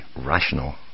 rational